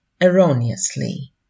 erroneously